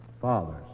fathers